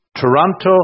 Toronto